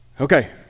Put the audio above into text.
Okay